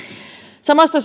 samasta